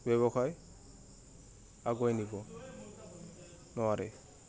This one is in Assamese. ব্যৱসায় আগুৱাই নিব নোৱাৰে